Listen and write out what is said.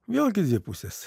vėlgi dvipusis